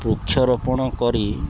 ବୃକ୍ଷରୋପଣ କରି